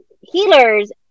healers